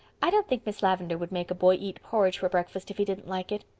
i don't think miss lavendar would make a boy eat porridge for breakfast if he didn't like it.